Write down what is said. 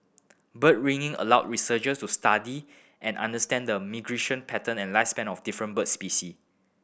bird ringing allow researchers to study and understand the migration pattern and lifespan of different bird specie